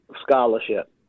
scholarship